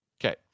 Okay